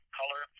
color